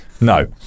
No